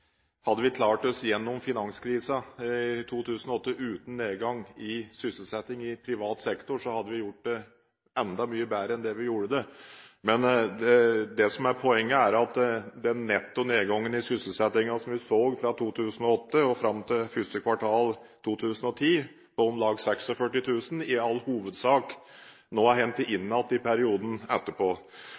hadde vi klart oss gjennom finanskrisen i 2008 uten nedgang i sysselsetting i privat sektor, hadde vi gjort det enda mye bedre enn det vi gjorde. Men det som er poenget, er at den netto nedgangen i sysselsettingen som vi så fra 2008 og fram til første kvartal 2010, på om lag 46 000, i all hovedsak nå er hentet inn igjen i perioden etterpå.